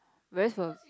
whereas for